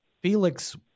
Felix